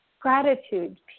Gratitude